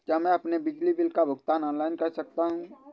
क्या मैं अपने बिजली बिल का भुगतान ऑनलाइन कर सकता हूँ?